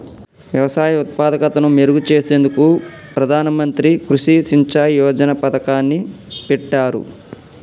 వ్యవసాయ ఉత్పాదకతను మెరుగు చేసేందుకు ప్రధాన మంత్రి కృషి సించాయ్ యోజన పతకాన్ని పెట్టారు